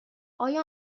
آیا